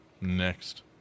Next